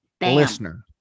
Listener